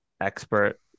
expert